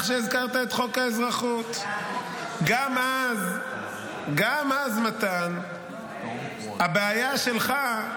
גם אז מתן, הבעיה שלך,